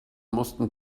mussten